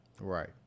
Right